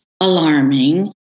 alarming